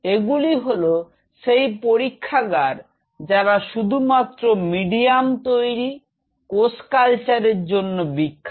এগুলি হল সেই পরীক্ষাগার যারা শুধুমাত্র মিডিয়াম তৈরি কোষ কালচার এর জন্য বিখ্যাত